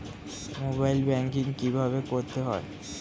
Mobile banking কীভাবে করতে হয়?